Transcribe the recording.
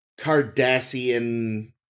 Cardassian